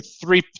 three